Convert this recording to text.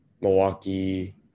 Milwaukee